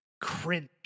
cringe